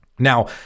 Now